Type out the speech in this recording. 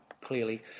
clearly